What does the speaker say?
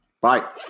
Bye